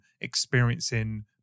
experiencing